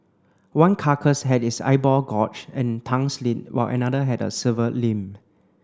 one carcass had its eyeball gorged and tongue slit while another had a severed limb